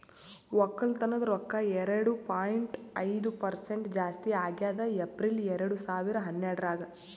ಒಕ್ಕಲತನದ್ ರೊಕ್ಕ ಎರಡು ಪಾಯಿಂಟ್ ಐದು ಪರಸೆಂಟ್ ಜಾಸ್ತಿ ಆಗ್ಯದ್ ಏಪ್ರಿಲ್ ಎರಡು ಸಾವಿರ ಹನ್ನೆರಡರಾಗ್